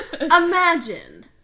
Imagine